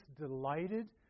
delighted